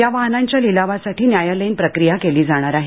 या वाहनांच्या लिलावासाठी न्यायालयीन प्रक्रिया केली जाणार आहे